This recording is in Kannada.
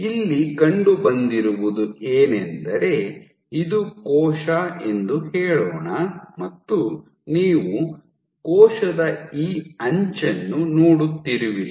ಇಲ್ಲಿ ಕಂಡುಬಂದಿರುವುದು ಏನೆಂದರೆ ಇದು ಕೋಶ ಎಂದು ಹೇಳೋಣ ಮತ್ತು ನೀವು ಕೋಶದ ಈ ಅಂಚನ್ನು ನೋಡುತ್ತಿರುವಿರಿ